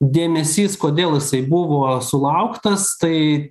dėmesys kodėl jisai buvo sulauktas tai